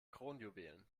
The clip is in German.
kronjuwelen